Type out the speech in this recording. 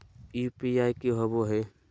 UPI की होवे है?